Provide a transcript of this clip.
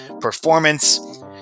performance